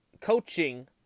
coaching